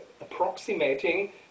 approximating